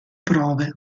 prove